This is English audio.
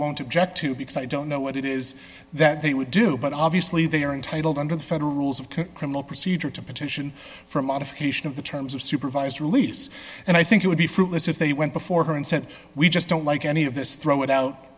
object to because i don't know what it is that they would do but obviously they are entitled under the federal rules of cook criminal procedure to petition for a modification of the terms of supervised release and i think it would be fruitless if they went before her and said we just don't like any of this throw it out